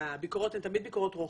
הביקורות הן תמיד ביקורות רוחב,